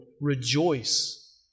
Rejoice